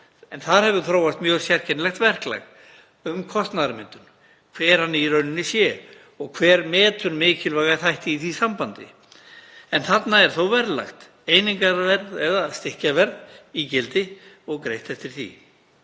En þar hefur þróast mjög sérkennilegt verklag um kostnaðarmyndun, hver hún í rauninni sé og hver meti mikilvæga þætti í því sambandi. En þarna er þó verðlagt einingarverð eða stykkjaverð í gildi og greitt eftir því.